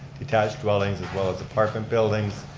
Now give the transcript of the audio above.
detached dwellings, as well as apartment buildings.